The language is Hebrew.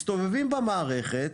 מסתובבים במערכת,